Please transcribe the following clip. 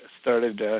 started